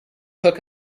cook